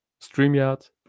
StreamYard